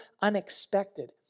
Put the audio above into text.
unexpected